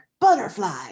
butterfly